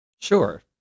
Sure